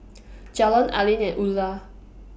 Jalon Aleen and Eulah